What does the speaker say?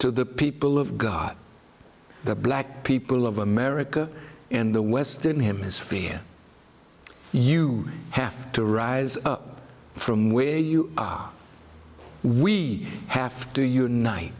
to the people of god the black people of america and the western hemisphere you have to rise from where you are we have to unite